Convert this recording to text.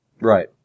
Right